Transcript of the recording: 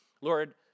Lord